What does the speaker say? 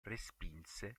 respinse